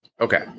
Okay